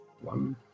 One